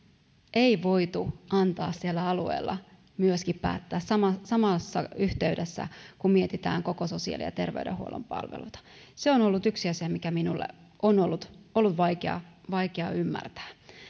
ei voitu antaa siellä alueella päättää samassa yhteydessä kun mietitään koko sosiaali ja terveydenhuollon palveluita se on yksi asia mikä minulle on ollut ollut vaikea ymmärtää